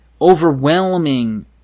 overwhelming